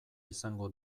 izango